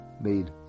made